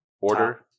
order